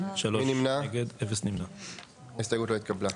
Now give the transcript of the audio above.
3 נמנעים, 0 ההסתייגות לא התקבלה.